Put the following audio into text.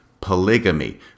polygamy